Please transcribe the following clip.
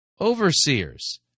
overseers